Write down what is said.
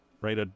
right